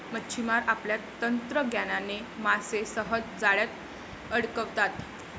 मच्छिमार आपल्या तंत्रज्ञानाने मासे सहज जाळ्यात अडकवतात